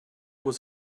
was